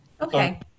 Okay